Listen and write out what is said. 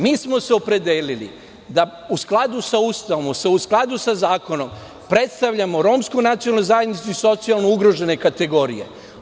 Mi smo se opredelili, u skladu sa Ustavom, u skladu sa zakonom, predstavljamo Romsku nacionalnu zajednicu i socijalno ugrožene kategorije.